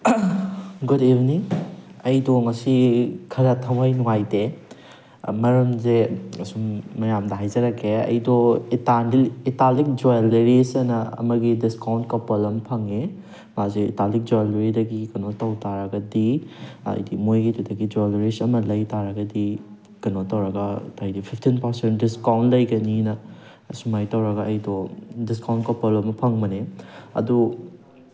good evening ꯑꯩꯗꯣ ꯉꯁꯤ ꯈꯔ ꯊꯋꯥꯏ ꯅꯨꯡꯉꯥꯏꯇꯦ ꯃꯔꯝꯁꯦ ꯑꯁꯨꯝ ꯃꯌꯥꯝꯗ ꯍꯥꯏꯖꯔꯛꯀꯦ ꯑꯩꯗꯣ ꯏꯇꯥꯜꯂꯤꯛ ꯖ꯭ꯋꯦꯂꯔꯤꯁꯑꯅ ꯑꯃꯒꯤꯗ ꯗꯤꯁꯀꯥꯎꯟ ꯀꯣꯄꯟ ꯑꯃ ꯐꯪꯉꯦ ꯃꯥꯁꯦ ꯏꯇꯥꯂꯤꯛ ꯖ꯭ꯋꯦꯂꯔꯤꯗꯒꯤ ꯀꯩꯅꯣ ꯇꯧꯕ ꯇꯥꯔꯒꯗꯤ ꯍꯥꯏꯗꯤ ꯃꯣꯏꯒꯤꯗꯨꯗꯒꯤ ꯖ꯭ꯋꯦꯂꯔꯤꯁ ꯑꯃ ꯂꯩ ꯇꯥꯔꯒꯗꯤ ꯀꯩꯅꯣ ꯇꯧꯔꯒ ꯍꯥꯏꯗꯤ ꯐꯤꯞꯇꯤꯟ ꯄꯥꯔꯁꯦꯟ ꯗꯤꯁꯀꯥꯎꯟ ꯂꯩꯒꯅꯤꯅ ꯑꯁꯨꯃꯥꯏꯅ ꯇꯧꯔꯒ ꯑꯩꯗꯣ ꯗꯤꯁꯀꯥꯎꯟ ꯀꯣꯄꯟ ꯑꯃ ꯐꯪꯕꯅꯦ ꯑꯗꯨ